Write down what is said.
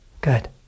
Good